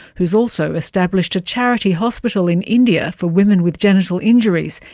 who has also established a charity hospital in india for women with genital injuries.